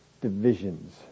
divisions